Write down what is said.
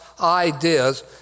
ideas